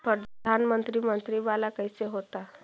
प्रधानमंत्री मंत्री वाला कैसे होता?